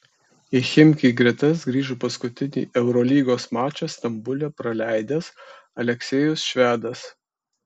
į chimki gretas grįžo paskutinį eurolygos mačą stambule praleidęs aleksejus švedas